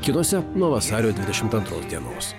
kitose nuo vasario dvidešimt antros dienos